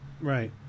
right